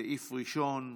סעיף ראשון,